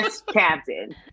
Captain